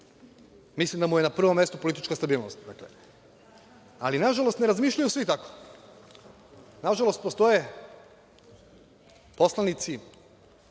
da mu je na prvom mestu politička stabilnost. Ali, nažalost ne razmišljaju svi tako. Nažalost postoje poslanici,